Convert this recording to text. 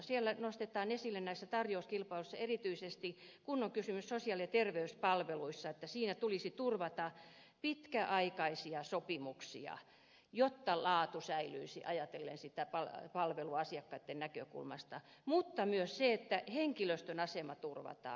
siellä nostetaan esille näissä tarjouskilpailuissa erityisesti se että kun on kysymys sosiaali ja terveyspalveluista siinä tulisi turvata pitkäaikaisia sopimuksia jotta laatu säilyisi ajatellen sitä palvelua asiakkaitten näkökulmasta mutta myös sitä että henkilöstön asema turvataan